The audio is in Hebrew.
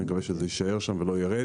אני מקווה שזה יישאר שם ולא ירד